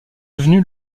devenu